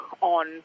on